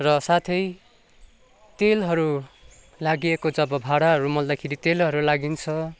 र साथै तेलहरू लागिएको चाहिँ अब भाँडाहरू मोल्दाखेरि तेलहरू लागिन्छ